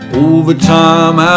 overtime